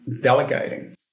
delegating